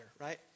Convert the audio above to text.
right